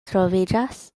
troviĝas